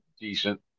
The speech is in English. decent